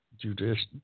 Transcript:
judicial